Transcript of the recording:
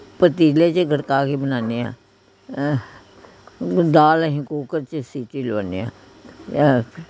ਪਤੀਲੇ 'ਚ ਗੜਕਾ ਕੇ ਬਣਾਉਂਦੇ ਹਾਂ ਦਾਲ ਅਸੀਂ ਕੂਕਰ 'ਚ ਸੀਟੀ ਲਵਾਉਂਦੇ ਹਾਂ